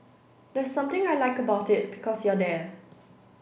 there's something I like about it because you're there